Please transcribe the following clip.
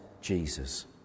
Jesus